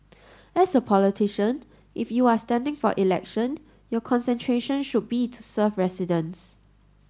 as a politician if you are standing for election your concentration should be to serve residents